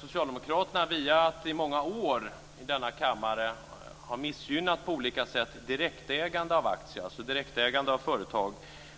Socialdemokraterna har genom att under många år i denna kammare på olika sätt missgynnat direktägande av aktier